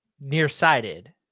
nearsighted